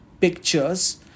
pictures